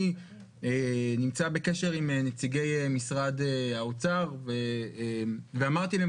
אני נמצא בקשר עם נציגי משרד האוצר ואמרתי להם,